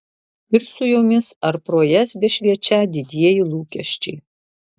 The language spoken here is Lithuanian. ir su jomis ar pro jas bešviečią didieji lūkesčiai